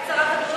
שכחת שכשהיית,